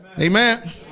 Amen